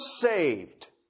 saved